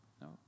no